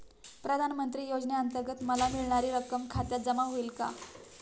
प्रधानमंत्री योजनेअंतर्गत मला मिळणारी रक्कम खात्यात जमा होईल का?